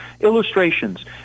illustrations